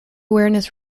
awareness